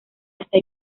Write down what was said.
hasta